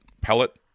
pellet